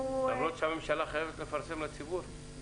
-- למרות שהממשלה חייבת לפרסם לציבור.